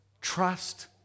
trust